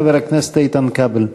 חבר הכנסת איתן כבל.